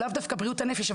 זה לאו דווקא בריאות הנפש,